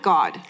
God